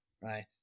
right